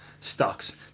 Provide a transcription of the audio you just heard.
stocks